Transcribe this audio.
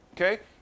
okay